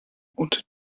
und